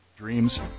Dreams